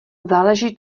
záleží